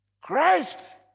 Christ